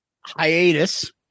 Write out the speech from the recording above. Hiatus